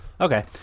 Okay